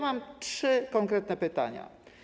Mam trzy konkretne pytania.